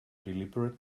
deliberate